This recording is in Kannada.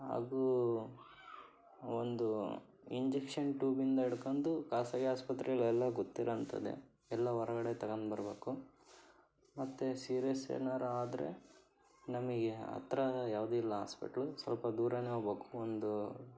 ಹಾಗೂ ಒಂದು ಇಂಜೆಕ್ಷನ್ ಟ್ಯೂಬಿಂದ ಹಿಡ್ಕೊಂಡು ಖಾಸಗಿ ಆಸ್ಪತ್ರೆಗಳೆಲ್ಲ ಗೊತ್ತಿರೋ ಅಂಥದ್ದೆ ಎಲ್ಲ ಹೊರಗಡೆ ತಕೊಂಡು ಬರಬೇಕು ಮತ್ತು ಸೀರಿಯಸ್ ಏನಾದ್ರು ಆದರೆ ನಮಗೆ ಹತ್ತಿರ ಯಾವುದೂ ಇಲ್ಲ ಆಸ್ಪಿಟ್ಲು ಸ್ವಲ್ಪ ದೂರವೇ ಹೋಗ್ಬೇಕು ಒಂದು